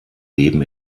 leben